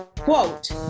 Quote